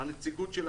נציגות של הכלכלה.